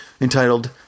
entitled